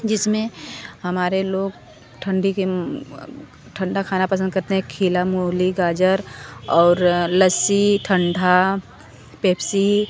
जिस में हमारे लोग ठंडी के ठंडा खाना पसंद करते हैं केला मूली गाजर और लस्सी ठंडा पेप्सी